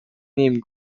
named